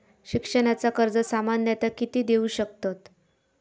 शिक्षणाचा कर्ज सामन्यता किती देऊ शकतत?